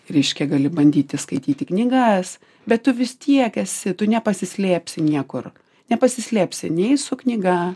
reiškia gali bandyti skaityti knygas bet tu vis tiek esi tu nepasislėpsi niekur nepasislėpsi nei su knyga